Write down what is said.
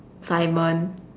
Simon